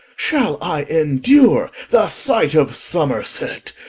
shall i endure the sight of somerset?